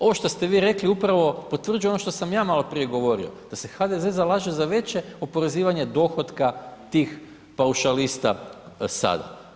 Ovo što ste vi rekli upravo potvrđuje ono što sam ja maloprije govorio, da se HDZ zalaže za veće oporezivanje dohotka tih paušalista sada.